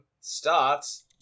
starts